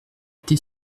été